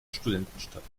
studentenstadt